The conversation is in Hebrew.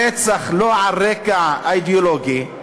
רצח שלא על רקע אידיאולוגי,